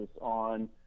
on